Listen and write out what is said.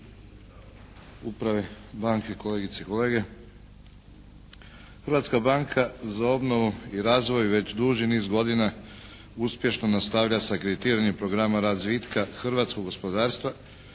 Hrvatska banka za obnovu i razvoj već duži niz godina nastavlja sa kreditiranjem programa razvitka hrvatskog gospodarstva